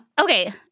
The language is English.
Okay